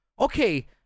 okay